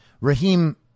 Raheem